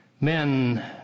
Men